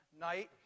night